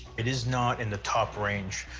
it is not in the top range.